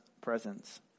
presence